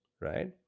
right